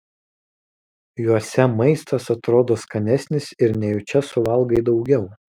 juose maistas atrodo skanesnis ir nejučia suvalgai daugiau